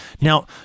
Now